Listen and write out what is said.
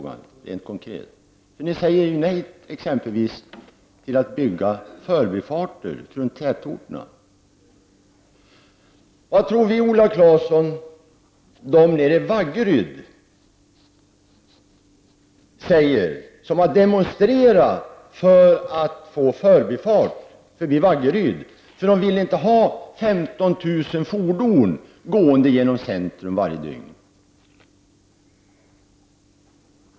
Ni säger nej till att bygga förbifarter runt tätorterna. Vad tror Viola Claesson att de som bor i Vaggeryd säger, som har demonstrerat för att få en förbifart, eftersom de inte vill ha 15 000 fordon gående genom centrum varje dygn?